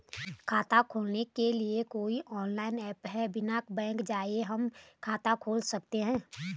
खाता खोलने के लिए कोई ऑनलाइन ऐप है बिना बैंक जाये हम खाता खोल सकते हैं?